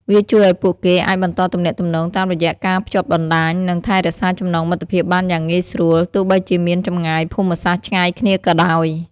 វាជួយឲ្យពួកគេអាចបន្តទំនាក់ទំនង តាមរយះការភ្ជាប់បណ្តាញ និងថែរក្សាចំណងមិត្តភាពបានយ៉ាងងាយស្រួល ទោះបីជាមានចម្ងាយភូមិសាស្ត្រឆ្ងាយគ្នាក៏ដោយ ។